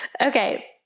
Okay